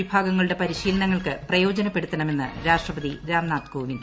വിഭാഗങ്ങളുടെ പരിശീലനങ്ങൾക്ക് പ്രയോജനപ്പെടുത്തണമെന്ന് രാഷ്ട്രപതി രാംനാഥ് കോവിന്ദ്